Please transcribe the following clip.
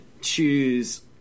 choose